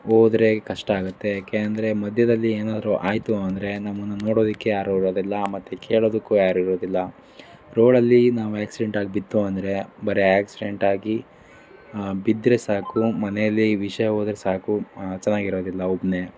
ಹೋದ್ರೆ ಕಷ್ಟ ಆಗುತ್ತೆ ಯಾಕೆ ಅಂದರೆ ಮಧ್ಯದಲ್ಲಿ ಏನಾರೂ ಆಯಿತು ಅಂದರೆ ನಮ್ಮನ್ನ ನೋಡೋದಿಕ್ಕೆ ಯಾರೂ ಇರೋದಿಲ್ಲ ಮತ್ತು ಕೇಳೋದಕ್ಕೂ ಯಾರೂ ಇರೋದಿಲ್ಲ ರೋಡಲ್ಲಿ ನಾವು ಆಕ್ಸಿಡೆಂಟ್ ಆಗಿ ಬಿತ್ತು ಅಂದರೆ ಬರೀ ಆಕ್ಸಿಡೆಂಟಾಗಿ ಬಿದ್ದರೆ ಸಾಕು ಮನೇಲ್ಲಿ ವಿಷಯ ಹೋದ್ರೆ ಸಾಕು ಚೆನ್ನಾಗಿರೋದಿಲ್ಲ ಒಬ್ಬನೇ